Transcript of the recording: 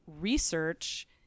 research